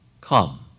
Come